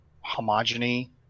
homogeneity